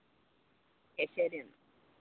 okay ശരി എന്നാൽ